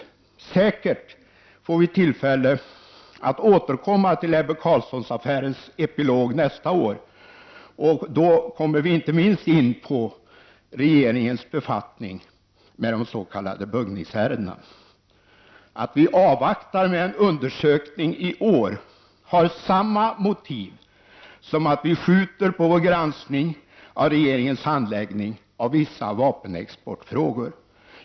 Vi får säkert tillfälle att återkomma till Ebbe Carlsson-affärens epilog nästa år, och då kommer vi inte minst in på regeringens befattning med de s.k. buggningsärendena. Att vi avvaktar med en undersökning i år har samma motiv som detta med att vi skjuter på vår granskning av regeringens handläggning av vissa vapenexportfrågor.